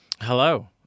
Hello